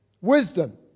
Wisdom